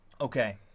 Okay